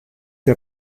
que